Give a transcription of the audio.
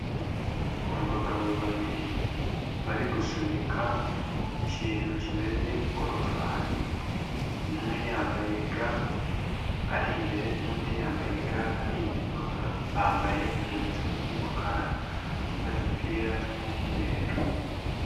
Abagabo babiri bari gusunika ikintu kimeze nk'igororofani umwe yambaye ga ari imbere n'undi yambaye ga ari inyuma bambaye inkweto z'umukara n'udupira tw'umweru.